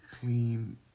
clean